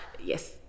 Yes